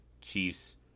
Chiefs